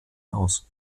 aus